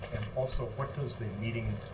also, what does the meeting